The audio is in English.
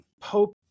pope